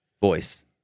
voice